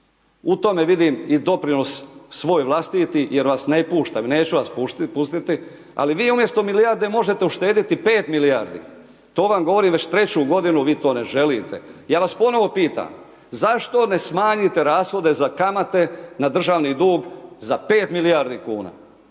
u tome vidim i doprinos svoj vlastiti jer vas ne puštam i neću vas pustiti ali vi umjesto milijarde možete uštedjeti 5 milijardi, to vam govorim već 3 godinu, vi to ne želite. Ja vas ponovo pitam, zašto ne smanjite rashode za kamate na državni dug za 5 milijardi kuna?